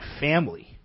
family